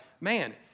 man